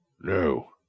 no